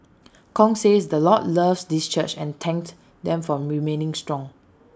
Kong says the Lord loves this church and thanked them for remaining strong